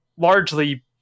Largely